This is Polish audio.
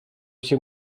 się